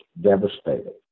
devastated